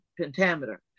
pentameter